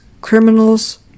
criminals